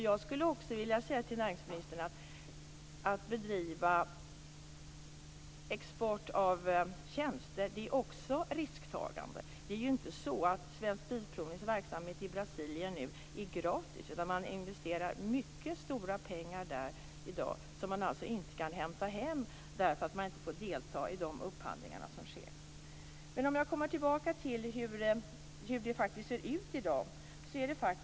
Jag skulle också vilja säga till näringsministern att bedrivande av export av tjänster också innebär ett risktagande. Det är ju inte så att Svensk Bilprovnings verksamhet i Brasilien nu är gratis. Man investerar mycket stora pengar där i dag, som man alltså inte kan hämta hem därför att man inte får delta i de upphandlingar som sker. Men jag vill komma tillbaka till hur det faktiskt ser ut i dag.